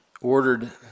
ordered